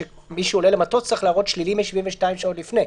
שמי שעולה למטוס צריך להראות שלילי מ-72 שעות לפני.